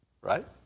right